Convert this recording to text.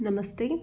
नमस्ते